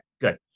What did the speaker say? good